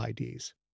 IDs